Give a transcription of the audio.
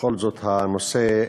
בכל זאת, הנושא,